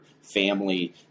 family